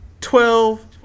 twelve